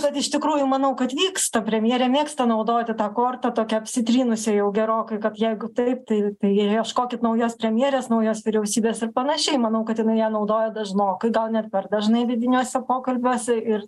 kad iš tikrųjų manau kad vyksta premjerė mėgsta naudoti tą kortą tokią apsitrynusią jau gerokai kad jeigu taip tai tai ieškokit naujos premjerės naujos vyriausybės ir panašiai manau kad jinai ją naudoja dažnokai gal net per dažnai vidiniuose pokalbiuose ir